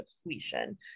depletion